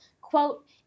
quote